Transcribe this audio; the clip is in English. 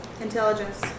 intelligence